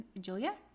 julia